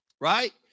Right